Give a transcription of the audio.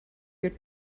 your